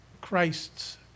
Christ's